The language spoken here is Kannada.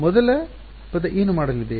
ಮೊದಲ ಪದ ಏನು ಮಾಡಲಿದೆ